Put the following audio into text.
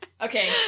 Okay